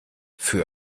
für